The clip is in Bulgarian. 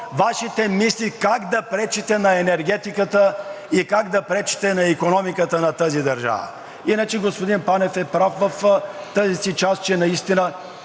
Вашите мисли как да пречите на енергетиката и как да пречите на икономиката на тази държава! Иначе господин Панев е прав в тази си част, че трябва